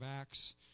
Acts